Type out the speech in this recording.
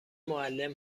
معلم